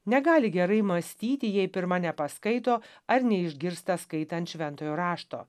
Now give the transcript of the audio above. negali gerai mąstyti jei pirma nepaskaito ar neišgirsta skaitant šventojo rašto